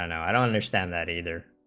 i understand that either